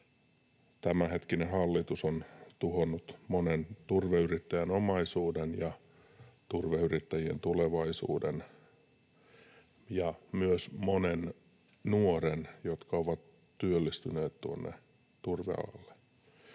tämänhetkinen hallitus on tuhonnut monen turveyrittäjän omaisuuden ja turveyrittäjien tulevaisuuden ja myös monen nuoren, joka on työllistynyt turvealalle.